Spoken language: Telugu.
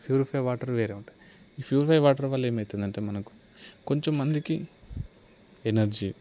ప్యూరిఫై వాటర్ వేరే ఉంటుంది ప్యూరిఫై వాటర్ వల్ల ఏమవుతుందంటే మనకు కొంచెం మందికి ఎనర్జీ